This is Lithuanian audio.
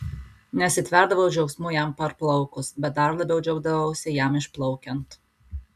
nesitverdavau džiaugsmu jam parplaukus bet dar labiau džiaugdavausi jam išplaukiant